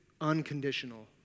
unconditional